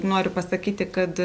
noriu pasakyti kad